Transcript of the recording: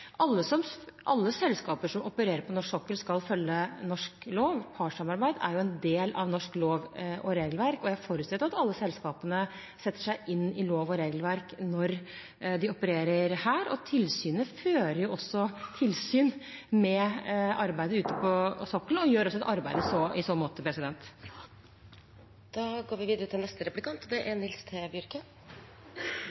Alle selskaper som opererer på norsk sokkel, skal følge norsk lov, og partssamarbeid er en del av norsk lov og regelverk. Jeg forutsetter at alle selskapene setter seg inn i lov og regelverk når de opererer her. Tilsynet fører tilsyn med arbeidet ute på sokkelen, og gjør også et arbeid i så måte. Eg vil fylgja litt opp det som representanten Dag Terje Andersen tok opp med omsyn til trepartssamarbeidet og ikkje minst topartssamarbeidet. Éin ting er